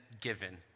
given